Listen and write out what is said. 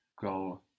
go